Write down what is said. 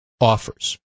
offers